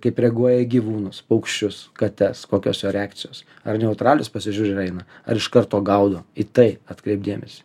kaip reaguoja į gyvūnus paukščius kates kokios jo reakcijos ar neutralios pasižiūrim eina ar iš karto gaudo į tai atkreipt dėmesį